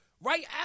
right